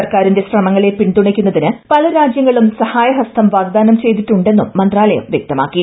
സർക്കാരിന്റെ ശ്രമങ്ങളിള് പിന്തുണയ്ക്കുന്നതിന് പല രാജ്യങ്ങളും സഹായഹസ്തും വ്യൂഗ്ദാനം ചെയ്തിട്ടുണ്ടെന്നും മന്ത്രാലയം വൃക്തമാക്കി